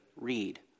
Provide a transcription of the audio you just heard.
read